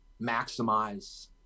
maximize